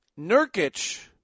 Nurkic